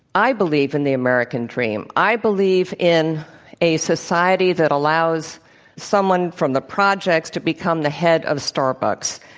i believe in the american dream. i believe in a society that allows someone from the projects to become the head of starbucks.